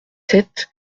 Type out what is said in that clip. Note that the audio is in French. sept